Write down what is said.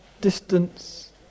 distance